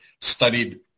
studied